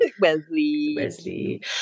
Wesley